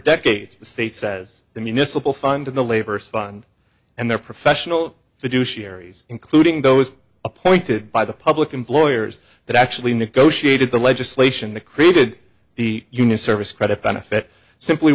decades the state says the municipal fund of the labors fun and their professional fiduciary including those appointed by the public employers that actually negotiated the legislation that created the union service credit benefit simply